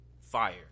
Fire